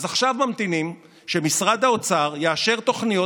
אז עכשיו ממתינים שמשרד האוצר יאשר תוכניות